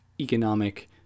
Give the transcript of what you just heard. economic